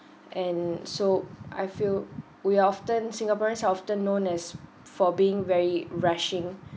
and so I feel we often singaporeans often known as for being very rushing